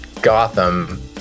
Gotham